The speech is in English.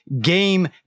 game